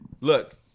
look